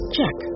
Check